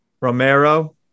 Romero